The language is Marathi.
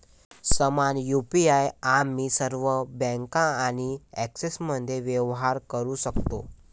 समान यु.पी.आई आम्ही सर्व बँका आणि ॲप्समध्ये व्यवहार करू शकतो